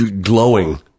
glowing